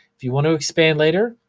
if you want to expand later,